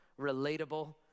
relatable